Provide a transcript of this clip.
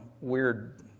weird